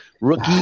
rookie